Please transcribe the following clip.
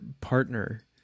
partner